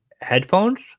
Headphones